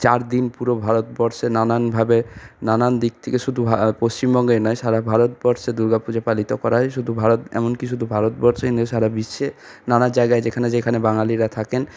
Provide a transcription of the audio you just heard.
চারদিন পুরো ভারতবর্ষে নানানভাবে নানান দিক থেকে শুধু পশ্চিমবঙ্গেই নয় সারা ভারতবর্ষে দুর্গাপুজো পালিত করা হয় শুধু ভারত এমনকি শুধু ভারতবর্ষেই নয় সারা বিশ্বে নানা জায়গায় যেখানে যেখানে বাঙালিরা থাকেন